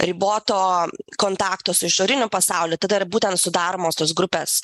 riboto kontakto su išoriniu pasauliu tada ir būtent sudaromos tos grupes